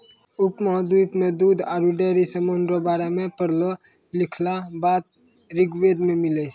उपमहाद्वीप मे दूध आरु डेयरी समान रो बारे मे पढ़लो लिखलहा बात ऋग्वेद मे मिलै छै